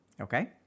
okay